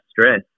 stress